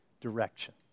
direction